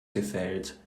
gefällt